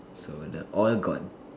so the oil got